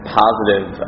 positive